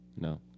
No